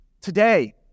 today